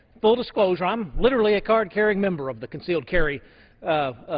full disclosure, i'm literally a card carrying member of the concealed carry